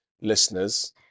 listeners